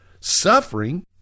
suffering